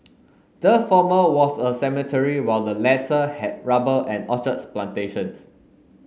the former was a cemetery while the latter had rubber and orchards plantations